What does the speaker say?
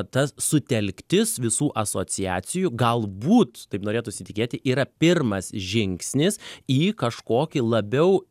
tas sutelktis visų asociacijų galbūt taip norėtųsi tikėti yra pirmas žingsnis į kažkokį labiau